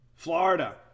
Florida